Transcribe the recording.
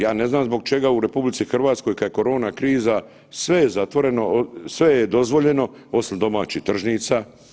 Ja ne znam zbog čega u RH kad je korona kriza sve je zatvoreno, sve je dozvoljeno osim domaćih tržnica.